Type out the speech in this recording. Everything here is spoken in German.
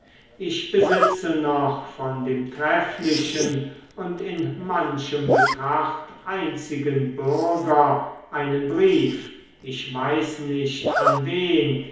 ich besitze noch von dem trefflichen und in manchem betracht einzigen bürger einen brief ich weiß nicht an wen